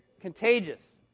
Contagious